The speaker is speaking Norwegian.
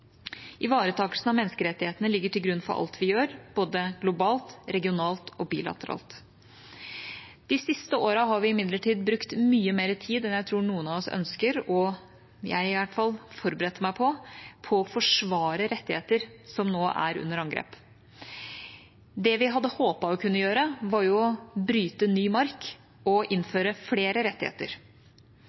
Ivaretakelsen av menneskerettighetene ligger til grunn for alt vi gjør, både globalt, regionalt og bilateralt. De siste årene har vi imidlertid brukt mye mer tid enn jeg tror noen av oss ønsker – og i hvert fall jeg forberedte meg på – på å forsvare rettigheter som nå er under angrep. Det vi hadde håpet å kunne gjøre, var å bryte ny mark og innføre flere rettigheter.